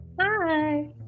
Hi